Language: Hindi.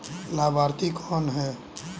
लाभार्थी कौन है?